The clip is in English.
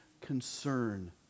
concern